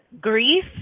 Grief